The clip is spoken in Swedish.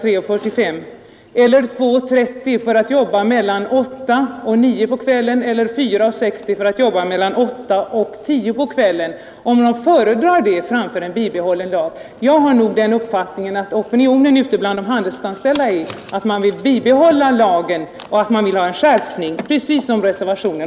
13.00 lördag, med 2:30 vardag från kl. 20.00 och då med 4:60 för arbete mellan 20.00 och 22.00. Jag har emellertid den uppfattningen att opinionen ute bland de handelsanställda är för ett bibehållande av lagen och en sådan skärpning som krävts i reservationen.